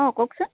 অঁ কওকচোন